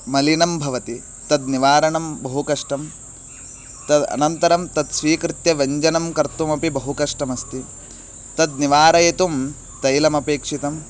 मलिनं भवति तद् निवारणं बहु कष्टं तद् अनन्तरं तत् स्वीकृत्य व्यञ्जनं कर्तुमपि बहु कष्टमस्ति तद् निवारयितुं तैलमपेक्षितम्